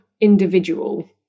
individual